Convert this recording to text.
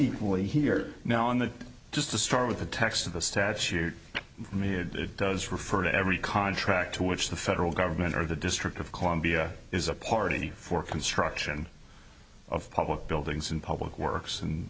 equally here now in the just to start with the text of the statute does refer to every contract to which the federal government or the district of columbia is a party for construction of public buildings and public works